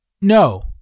No